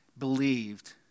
believed